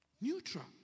Neutral